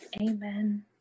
Amen